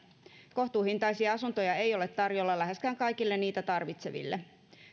kohtuuhintaisia asuntoja ei ole tarjolla läheskään kaikille niitä tarvitseville